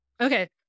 okay